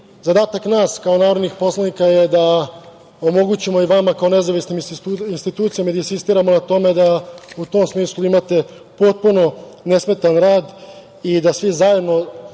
nas kao narodnih poslanike je da omogućimo i vama kao nezavisnim institucijama da insistiramo na tome da u tom smislu imate potpuno nesmetan rad i da svi zajedno